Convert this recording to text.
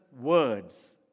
words